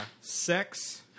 Sex